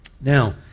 Now